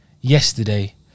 yesterday